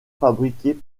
fabriquée